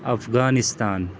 Afghanistan